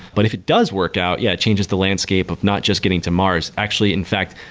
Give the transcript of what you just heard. but if it does work out, yeah, it changes the landscape of not just getting to mars. actually, in fact,